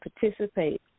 participate